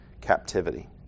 captivity